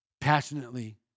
passionately